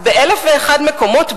באלף ואחד מקומות,